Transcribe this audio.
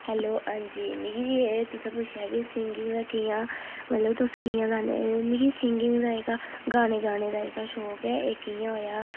hello हां जी मिकी बी एह् तुसें पुच्छेआ कि सिंगिंग दा कि'यां मतलब तुस कियां गाने मिकी सिंगिंग दा जेह्का गाने गाने दा जेह्का शौक ऐ एह् कि'यां होएआ